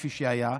כפי שהיה,